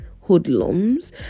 hoodlums